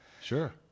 Sure